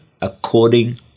according